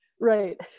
Right